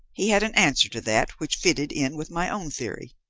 he had an answer to that which fitted in with my own theory.